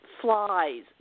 flies